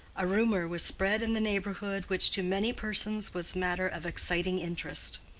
a rumor was spread in the neighborhood which to many persons was matter of exciting interest.